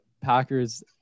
Packers